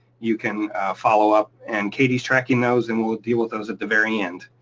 you can follow up. and, katie's tracking those and we'll deal with those at the very end.